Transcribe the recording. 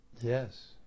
Yes